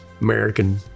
American